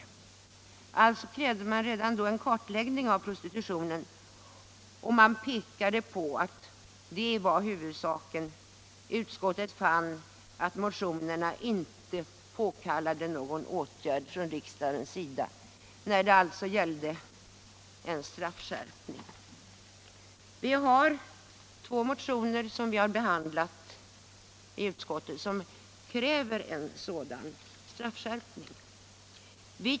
Man krävde alltså redan då en kartläggning av prostitutionen, och man pekade på att det var huvudsaken. Socialutskottet fann att motionerna inte påkallade någon åtgärd från riksdagens sida när det gällde en straffskärpning. Vi har i justitieutskottet behandlat två motioner som kräver en sådan straffskärpning.